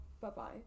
Bye-bye